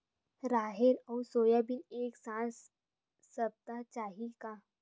राहेर अउ सोयाबीन एक साथ सप्ता चाही का?